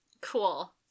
cool